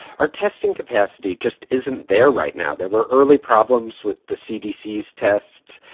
our testing capacity just isn't there right now. there were early problems with the cdc's tests.